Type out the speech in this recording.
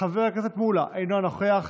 חבר הכנסת אבוטבול, אינו נוכח,